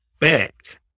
back